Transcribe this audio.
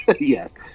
yes